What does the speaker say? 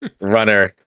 runner